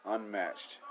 Unmatched